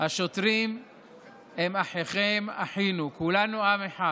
השוטרים הם אחיכם, אחינו, כולנו עם אחד.